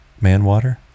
Manwater